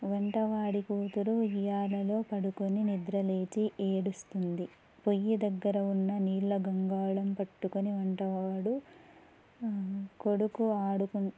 వంటవాడి కూతురు ఉయ్యాలలో పడుకొని నిద్ర లేచి ఏడుస్తుంది పొయ్యి దగ్గర ఉన్న నీళ్ళ గంగాళం పట్టుకొని వంటవాడు కొడుకు ఆడుకు